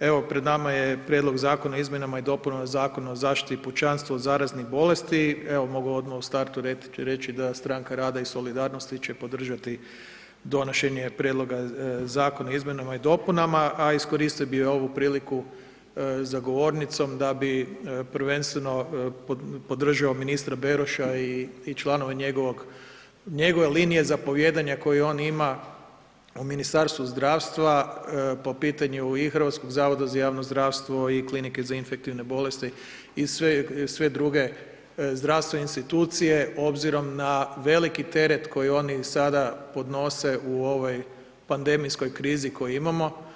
evo pred nama je Prijedlog Zakona o izmjenama i dopunama Zakona o zaštiti pučanstva od zaraznih bolesti, evo mogu odmah u startu reći da Stranka rada i solidarnosti će podržati donošenje prijedloga zakona o izmjenama i dopunama, a iskoristio bi i ovu priliku za govornicom da bi prvenstveno podržao ministra Beroša i članove njegovog, njegove linije zapovijedanja koju on ima u Ministarstvu zdravstva po pitanju i HZJZ-a i Klinike za infektivne bolesti i sve druge zdravstvene institucije obzirom na veliki teret koji oni sada podnose u ovoj pandemijskoj krizi koju imamo.